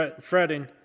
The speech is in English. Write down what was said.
fretting